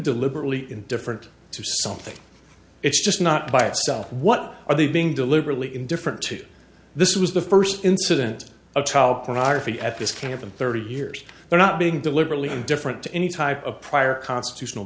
deliberately indifferent to something it's just not by itself what are they being deliberately indifferent to this was the first incident of child pornography at this camp in thirty years they're not being deliberately indifferent to any type of prior constitutional